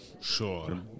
Sure